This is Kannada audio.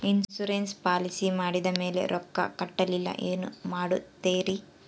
ಇನ್ಸೂರೆನ್ಸ್ ಪಾಲಿಸಿ ಮಾಡಿದ ಮೇಲೆ ರೊಕ್ಕ ಕಟ್ಟಲಿಲ್ಲ ಏನು ಮಾಡುತ್ತೇರಿ?